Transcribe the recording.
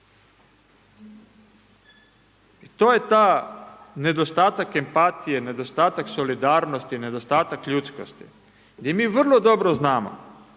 to je ta nedostatak empatije, nedostatak solidarnosti, nedostatak ljudskosti gdje mi vrlo dobro znamo